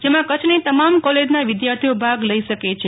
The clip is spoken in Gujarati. જેમાં કચ્છની તમામ કોલેજના વિદ્યાર્થીઓ ભાગ લઇ શકે છે